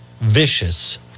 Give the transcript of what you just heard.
vicious